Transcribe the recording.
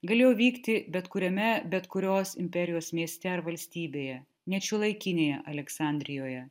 galėjo vykti bet kuriame bet kurios imperijos mieste ar valstybėje net šiuolaikinėje aleksandrijoje